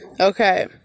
Okay